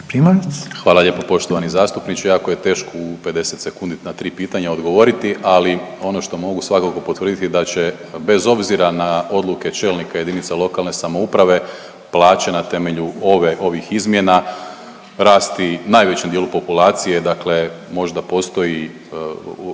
Hvala lijepo poštovani zastupniče. Jako je teško u 50 sekundi na tri pitanja odgovoriti, ali ono što mogu svakako potvrditi da će bez obzira na odluke čelnika jedinica lokalne samouprave plaće na temelju ovih izmjena rasti najvećem dijelu populacije. Dakle, možda postoji